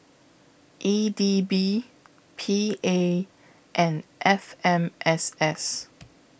E D B P A and F M S S